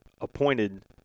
appointed